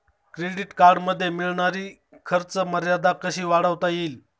Credit कार्डमध्ये मिळणारी खर्च मर्यादा कशी वाढवता येईल?